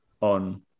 on